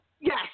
yes